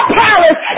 palace